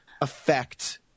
affect